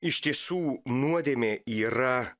iš tiesų nuodėmė yra